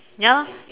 ya lor